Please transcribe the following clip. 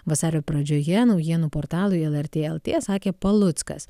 vasario pradžioje naujienų portalui lrt lt sakė paluckas